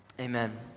Amen